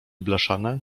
blaszane